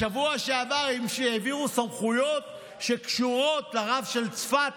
בשבוע שעבר העבירו סמכויות שקשורות לרב של צפת,